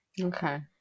Okay